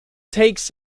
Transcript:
takes